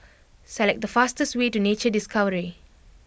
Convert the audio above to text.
select the fastest way to Nature Discovery